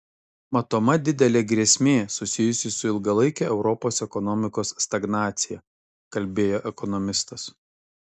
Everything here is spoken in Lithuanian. matoma didelė grėsmė susijusi su ilgalaike europos ekonomikos stagnacija kalbėjo ekonomistas